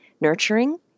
nurturing